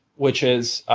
which is,